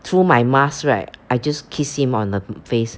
through my mask right I just kiss him on the face